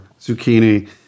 zucchini